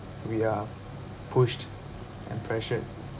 we are pushed and pressured